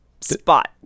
spot